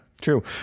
true